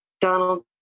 Donald